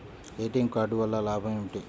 ATM card వల్ల లాభం ఏమిటి?